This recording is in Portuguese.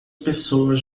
pessoas